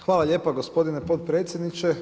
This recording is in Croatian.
Hvala lijepa gospodine potpredsjedniče.